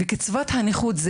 וגם לא קצבת הנכות,